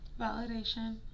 Validation